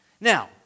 Now